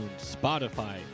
Spotify